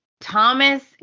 Thomas